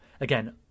Again